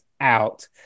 out